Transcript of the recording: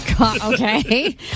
Okay